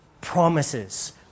promises